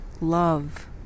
love